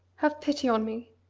have pity on me!